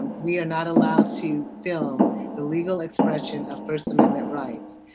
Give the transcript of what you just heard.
we are not allowed to film the legal expression of first amendment rights.